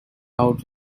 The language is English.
out